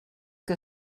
que